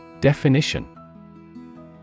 Definition